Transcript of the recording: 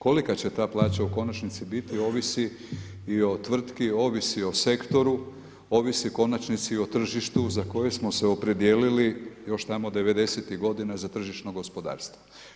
Kolika će ta plaća u konačnici biti, ovisi i o tvrtki, ovisi o sektoru, ovisi u konačnici i o tržištu za koje smo se opredijelili još tamo 90-tih godina za tržišno gospodarstvo.